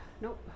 Nope